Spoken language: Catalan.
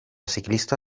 ciclista